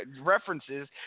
references